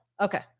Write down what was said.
Okay